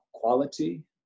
Quality